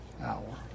hour